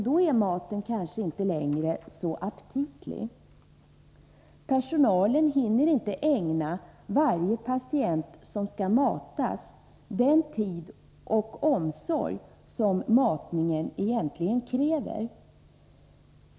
Då är maten kanske inte längre så aptitlig. Personalen hinner inte ägna varje patient som skall matas den tid och omsorg som matningen egentligen kräver.